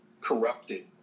corrupted